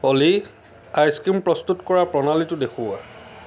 অ'লি ice cream প্ৰস্তুত কৰা প্ৰণালীটো দেখুওৱা